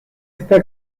esta